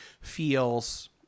feels